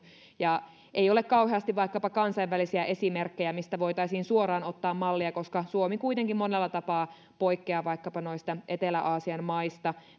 ja ei ole kauheasti vaikkapa kansainvälisiä esimerkkejä mistä voitaisiin suoraan ottaa mallia koska suomi kuitenkin monella tapaa poikkeaa vaikkapa noista etelä aasian maista